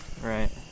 Right